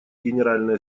генеральной